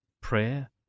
prayer